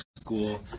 school